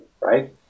right